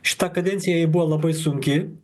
šita kadencija jai buvo labai sunki